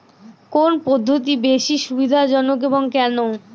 কোন পদ্ধতি বেশি সুবিধাজনক এবং কেন?